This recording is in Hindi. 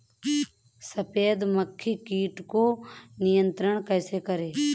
सफेद मक्खी कीट को नियंत्रण कैसे करें?